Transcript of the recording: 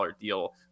deal